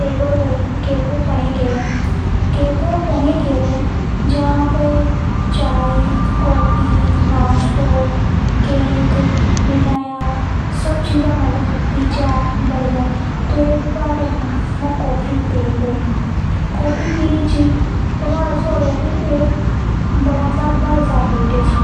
देखो र बई कैफे कनिए केव जा पर चाय, कॉफी, नाश्ता, कैक, मिठाई एक प्रकार से सब चीजा मिले ऊनी ये कैफे केव है। यहां पे पिज्जा बर्गर भी मिले। तो ए नि मु एक बार कॉपी पी रि ची तो मारे सोडे एक बड़ा सा भाईसाहब बैठआ था।